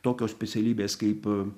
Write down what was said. tokios specialybės kaip